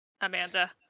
Amanda